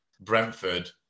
Brentford